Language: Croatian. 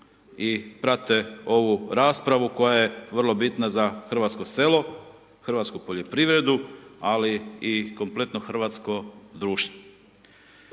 prate ovu raspravu koja je vrlo bitna za hrvatsko selo, hrvatsku poljoprivredu ali i kompletno hrvatsko društvo.